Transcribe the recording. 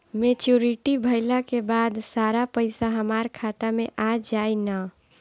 Maturity भईला के बाद सारा पईसा हमार खाता मे आ जाई न?